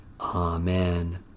Amen